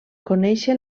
conèixer